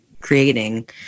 creating